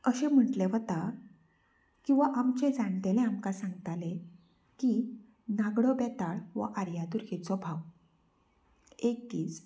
अशें म्हटलें वता किंवा आमचे जाण्टेले आमकां सांगताले की नागडो बेताळ वो आर्यादुर्गेचो भाव एक दीस